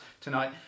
tonight